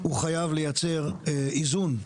הוא חייב לייצר איזון,